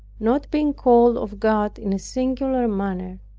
not being called of god in a singular manner,